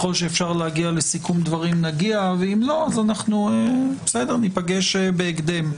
אם לא נגיע לסיכום של הדברים ניפגש בהקדם,